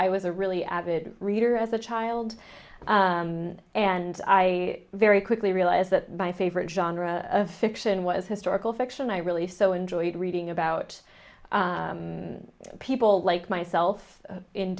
i was a really avid reader as a child and i very quickly realized that my favorite genre of fiction was historical fiction i really so enjoyed reading about people like myself